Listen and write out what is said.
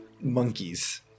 monkeys